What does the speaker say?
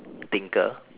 thinker